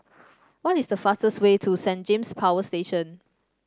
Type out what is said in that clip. what is the fastest way to Saint James Power Station